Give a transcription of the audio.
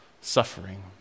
suffering